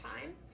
time